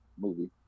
movie